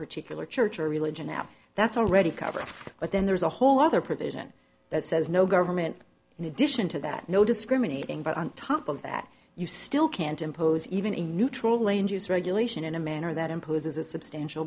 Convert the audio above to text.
particular church or religion now that's already covered but then there's a whole other provision that says no government in addition to that no discriminating but on top of that you still can't impose even a neutral angels regulation in a manner that imposes a substantial